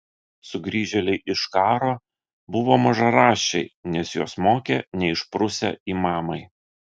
sugrįžėliai iš karo buvo mažaraščiai nes juos mokė neišprusę imamai